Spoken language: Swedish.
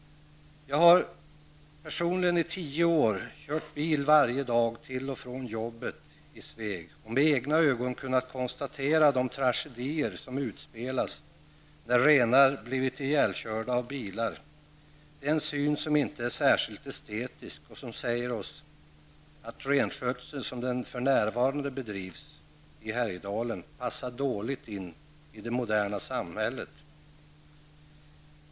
Jag har personligen i tio år kört bil varje vardag till och från jobbet i Sveg och med egna ögon kunnat konstatera de tragedier som utspelas när renar blivit ihjälkörda av bilar. Det är en syn som inte är särskilt estetisk och som säger oss att renskötsel som den för närvarande bedrivs i Härjedalen passar dåligt in i det moderna samhället.